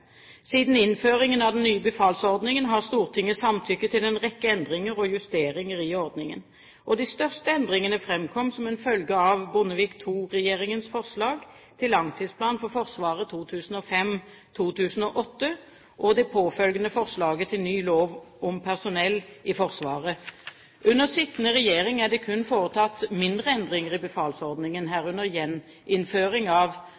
Siden innføringen av den nye befalsordningen har Stortinget samtykket til en rekke endringer og justeringer i ordningen. De største endringene framkom som en følge av Bondevik II-regjeringens forslag til langtidsplan for Forsvaret 2005–2008 og det påfølgende forslaget til ny lov om personell i Forsvaret. Under sittende regjering er det kun foretatt mindre endringer i befalsordningen, herunder gjeninnføring av